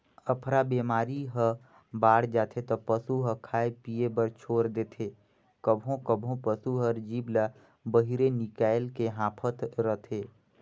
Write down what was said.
अफरा बेमारी ह बाड़ जाथे त पसू ह खाए पिए बर छोर देथे, कभों कभों पसू हर जीभ ल बहिरे निकायल के हांफत रथे